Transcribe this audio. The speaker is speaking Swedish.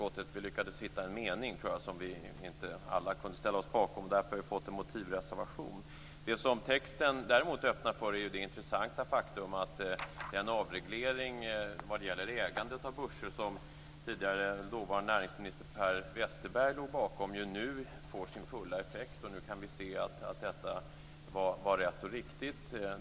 Jag tror att vi lyckades hitta en enda mening som inte alla kunde ställa sig bakom. Därför har vi fått en motivreservation. Vad texten däremot öppnar för är det intressanta faktum att den avreglering vad gäller ägandet av börser som den dåvarande näringsminister Per Westerberg låg bakom nu får sin fulla effekt. Nu kan vi se att detta var rätt och riktigt.